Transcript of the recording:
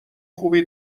خوبی